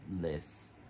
less